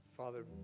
Father